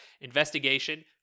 investigation